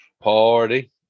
party